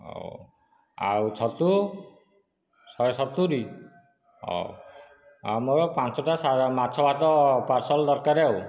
ହଉ ଆଉ ଛତୁ ଶହେ ସତୁରି ହଉ ଆଉ ମୋର ପାଞ୍ଚ ଟା ମାଛ ଭାତ ପାର୍ସଲ ଦରକାର ଆଉ